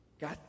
God